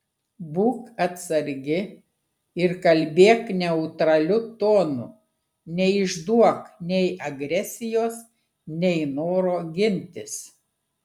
būk atsargi ir kalbėk neutraliu tonu neišduok nei agresijos nei noro gintis